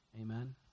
Amen